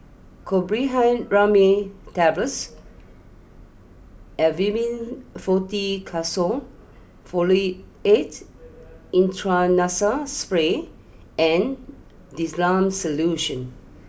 Chlorpheniramine Tablets Avamys Fluticasone Furoate Intranasal Spray and Difflam Solution